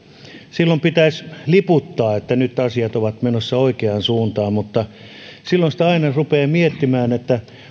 silloin pitäisi liputtaa että nyt asiat ovat menossa oikeaan suuntaan mutta silloin sitä aina rupeaa miettimään